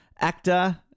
actor